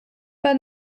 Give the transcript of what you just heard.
pas